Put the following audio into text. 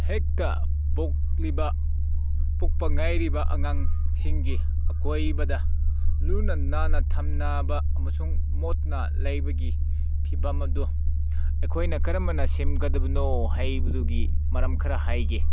ꯍꯦꯛꯇ ꯄꯣꯛꯂꯤꯕ ꯄꯣꯛꯇ ꯉꯥꯏꯔꯤꯕ ꯑꯉꯥꯡꯁꯤꯡꯒꯤ ꯑꯀꯣꯏꯕꯗ ꯂꯨꯅ ꯅꯥꯟꯅ ꯊꯝꯅꯕ ꯑꯃꯁꯨꯡ ꯃꯣꯠꯅ ꯂꯩꯕꯒꯤ ꯐꯤꯚꯝ ꯑꯗꯨ ꯑꯩꯈꯣꯏꯅ ꯀꯔꯝ ꯍꯥꯏꯅ ꯁꯦꯝꯒꯗꯕꯅꯣ ꯍꯥꯏꯕꯗꯨꯒꯤ ꯃꯔꯝ ꯈꯔ ꯍꯥꯏꯒꯦ